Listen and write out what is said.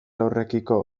horrekiko